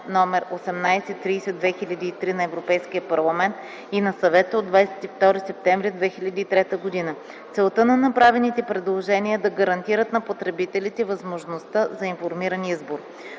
№ 1830/2003 на Европейския парламент и на Съвета от 22 септември 2003 г. Целта на направените предложения е да гарантират на потребителите възможността за информиран избор.